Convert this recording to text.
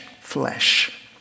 flesh